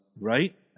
right